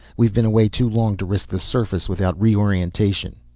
we've been away too long to risk the surface without reorientation.